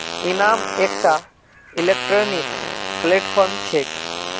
इनाम एकटा electronic platform छेक